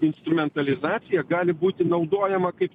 instrumentalizacija gali būti naudojama kaip